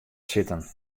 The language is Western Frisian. sitten